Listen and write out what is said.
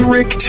Rick